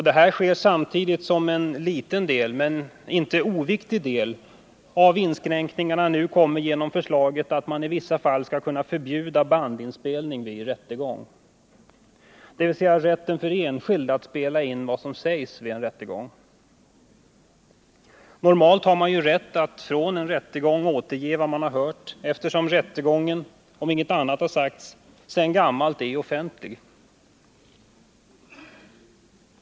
Detta sker samtidigt som en liten men inte oviktig del av inskränkningarna nu kommer genom förslaget att man i vissa fall skall kunna förbjuda bandinspelning vid rättegång, dvs. rätten för enskilda att spela in vad som sägs vid en rättegång. Normalt har man rätt att från en rättegång återge vad man hört, eftersom rättegången — om inget annat sagts — sedan gammalt är offentlig.